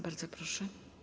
Bardzo proszę.